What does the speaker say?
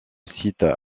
site